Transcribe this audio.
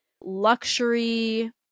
luxury